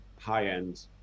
High-end